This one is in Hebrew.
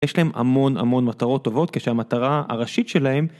יש להם המון המון מטרות טובות כשהמטרה הראשית שלהם